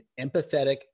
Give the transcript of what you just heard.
empathetic